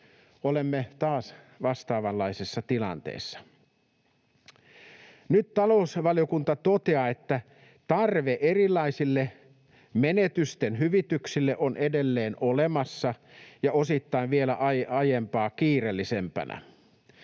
Olemme taas vastaavanlaisessa tilanteessa. Nyt talousvaliokunta toteaa, että tarve erilaisille menetysten hyvityksille on edelleen olemassa ja osittain vielä aiempaa kiireellisempänä.